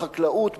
בחקלאות,